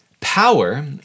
Power